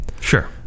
Sure